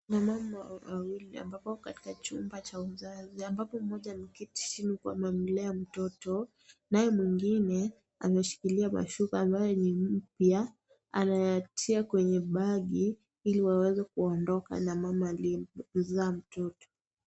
Wamama wawili ambapo katika chumba cha uzazi ambapo mmoja ameketi chini huku anamlea mtoto naye mwingine ameshikilia mashuka ambaye ni mpya anayatia kwenye bagi ili aweze kuondoka na mama aliye mzaa mtoto.